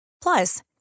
Plus